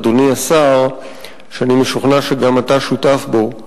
אדוני השר, ואני משוכנע שגם אתה שותף בו,